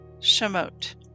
Shemot